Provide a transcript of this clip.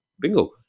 bingo